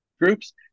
groups